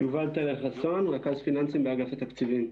יובל טלר חסון, רכז פיננסים באגף התקציבים.